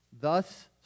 Thus